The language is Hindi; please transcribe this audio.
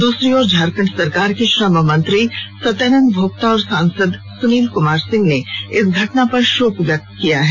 दूसरी ओर झारखंड सरकार के श्रम मंत्री सत्यानंद भोक्ता और सांसद सुनील क्मार सिंह ने इस घटना पर अपना शोक जताया है